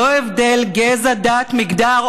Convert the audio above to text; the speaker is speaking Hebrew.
גברתי.